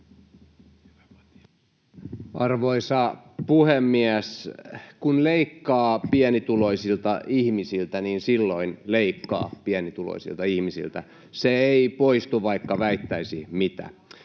Arvoisa puhemies! Kun leikkaa pienituloisilta ihmisiltä, niin silloin leikkaa pienituloisilta ihmisiltä. Se ei poistu, vaikka väittäisi mitä.